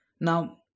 Now